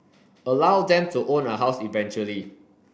allow them to own a house eventually